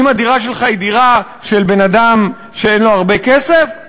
אם הדירה שלך היא דירה של בן-אדם שאין לו הרבה כסף,